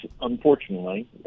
unfortunately